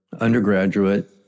undergraduate